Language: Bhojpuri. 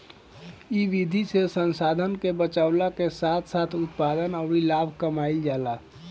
इ विधि से संसाधन के बचावला के साथ साथ उत्पादन अउरी लाभ कमाईल जाला